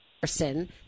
person